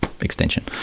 extension